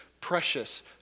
precious